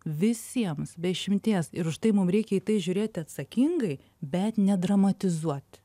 visiems be išimties ir už tai mum reikia į tai žiūrėti atsakingai bet nedramatizuoti